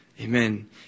Amen